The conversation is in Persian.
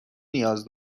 نیاز